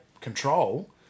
control